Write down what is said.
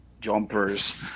jumpers